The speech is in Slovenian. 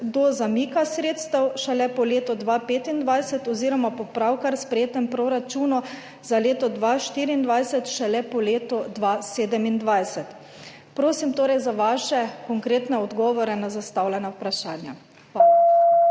in sicer bodo šele po letu 2025 oziroma po pravkar sprejetem proračunu za leto 2024 šele po letu 2027? Prosim za vaše konkretne odgovore na zastavljena vprašanja.